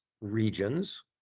regions